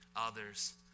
others